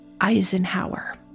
Eisenhower